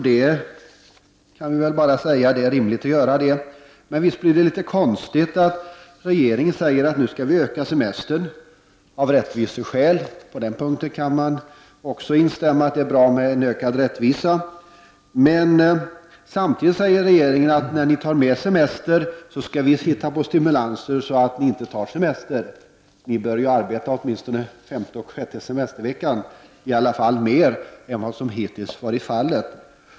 Det är rimligt att göra detta. Samtidigt säger hon att semestern av rättviseskäl skall utökas. Även på den punkten kan jag instämma; det är bra med ökad rättvisa. Men arbetsmarknadsministern säger också att arbetstagarna, när de tar längre semester, skall hitta på stimulanser, så att de inte tar längre semester! Under den femte och sjätte semesterveckan bör de arbeta mer än vad som hittills har varit fallet.